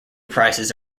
prices